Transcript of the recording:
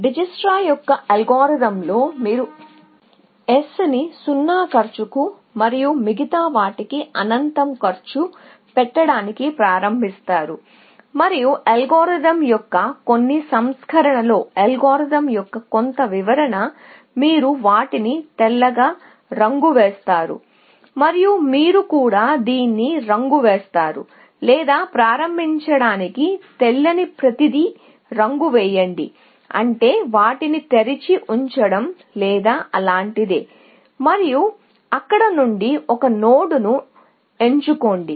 Dijkstra యొక్క అల్గోరిథంలో మీరు S ని 0 కాస్ట్కు మరియు మిగతా వాటికి అనంతం కాస్ట్ పెట్టడానికి ప్రారంభిస్తారు మరియు అల్గోరిథం యొక్క కొన్ని సంస్కరణల్లో అల్గోరిథం యొక్క కొంత వివరణ మీరు వాటిని తెల్లగా రంగు వేస్తారు మరియు మీరు కూడా దీన్ని రంగు వేయండి లేదా ప్రారంభించడానికి ముందు అన్నిటికి తెల్లని రంగు వేయండి అంటే వాటిని తెరిచి ఉంచడం లేదా అలాంటిదీ మరియు అక్కడ నుండి ఒక నోడ్ను ఎంచుకోండి